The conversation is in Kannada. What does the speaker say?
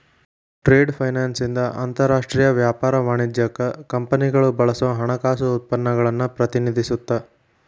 ಟ್ರೇಡ್ ಫೈನಾನ್ಸ್ ಇಂದ ಅಂತರಾಷ್ಟ್ರೇಯ ವ್ಯಾಪಾರ ವಾಣಿಜ್ಯಕ್ಕ ಕಂಪನಿಗಳು ಬಳಸೋ ಹಣಕಾಸು ಉತ್ಪನ್ನಗಳನ್ನ ಪ್ರತಿನಿಧಿಸುತ್ತ